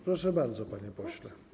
Proszę bardzo, panie pośle.